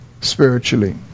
spiritually